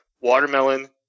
Watermelon